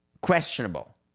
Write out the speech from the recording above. questionable